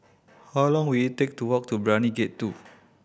how long will it take to walk to Brani Gate Two